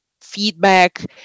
feedback